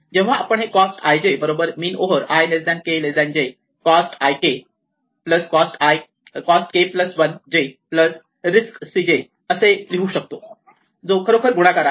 तेव्हा आपण हे cost ij mean over i k j cost ik cost k 1 j rickcj असे लिहू शकतो जो खरोखर गुणाकार आहे